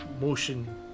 motion